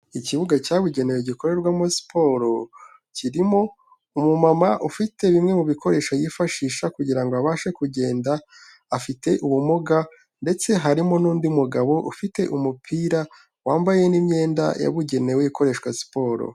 Ikibuga cyabugenewe gikorerwamo siporo, kirimo umumama ufite bimwe mu bikoresho yifashisha kugira ngo abashe kugenda, afite ubumuga ndetse harimo n'undi mugabo ufite umupira, wambaye n'imyenda yabugenewe ikoreshwa siporo.